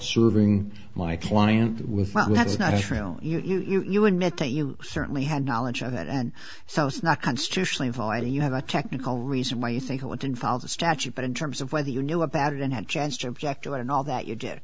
serving my client without that's not true and you know you admit that you certainly had knowledge of it and so it's not constitutionally viii you have a technical reason why you think you want to involve the statute but in terms of whether you knew about it and had chance to object to it and all that you